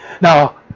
Now